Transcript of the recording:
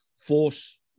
force